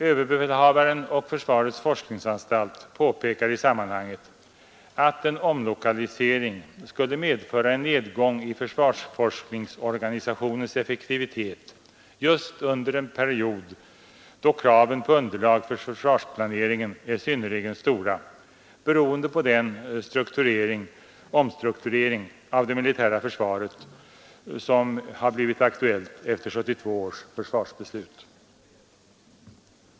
Överbefälhavaren och försvarets forskningsanstalt påpekar i sammanhanget, att en omlokalisering skulle medföra en nedgång i försvarsforskningsorganisationens effektivitet just under en period då kraven på underlag för försvarsplaneringen är synnerligen stora, beroende på den omstrukturering av det militära försvaret som har blivit aktuell efter 1972 års försvarsbeslut.